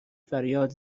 فریاد